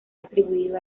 atribuido